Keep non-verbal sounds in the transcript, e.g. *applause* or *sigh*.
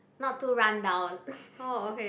not too run down *breath*